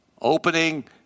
Opening